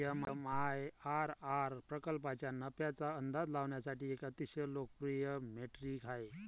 MIRR प्रकल्पाच्या नफ्याचा अंदाज लावण्यासाठी एक अतिशय लोकप्रिय मेट्रिक आहे